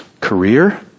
career